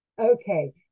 Okay